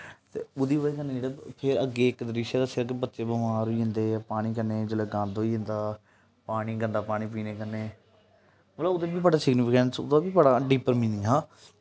ओह्दी बजह कन्नै जेह्ड़े अग्गें इक द्रिश्श दस्से दा कि बच्चे बमार होई जंदे पानी कन्नै जेल्लै गंद होई जंदा पानी गंदा पानी पीने कन्नै मतलब ओह्दा बी बड़ा सिग्नीफिकेंट ओह्दा बी बड़ा डिपर मिनिंग हा